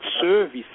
service